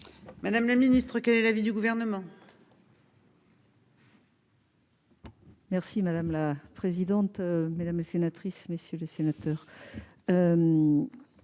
Madame la Ministre, quel est l'avis du gouvernement.